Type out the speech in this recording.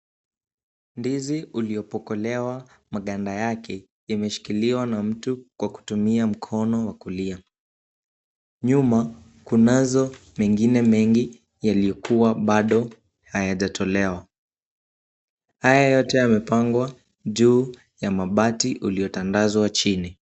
Ndizi uliokopolewa maganda yake imeshikiliwa na mtu kwa kutumia mkono wa kulia. Nyuma kunazo mengine mengi yaliyokua bado hayajatolewa. Haya yote yamepangwa juu ya mabati uliotandazwa chini.